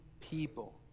people